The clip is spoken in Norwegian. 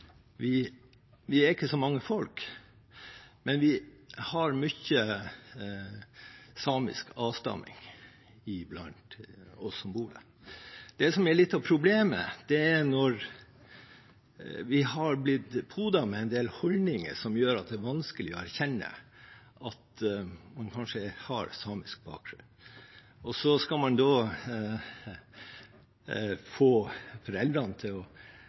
Vi er ikke så mange folk, men vi har mye samisk avstamming blant oss som bor der. Det som er litt av problemet, er når vi har blitt innpodet med en del holdninger som gjør at det er vanskelig å erkjenne at man kanskje har samisk bakgrunn. Så skal man da få foreldrene til å